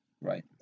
Right